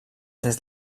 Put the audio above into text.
des